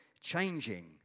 changing